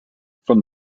from